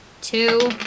two